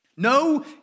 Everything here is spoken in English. No